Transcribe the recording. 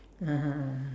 (uh huh)